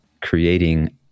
creating